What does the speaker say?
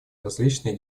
различные